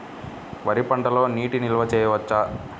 వరి పంటలో నీటి నిల్వ చేయవచ్చా?